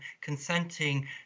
consenting